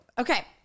Okay